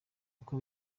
uko